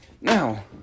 Now